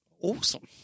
awesome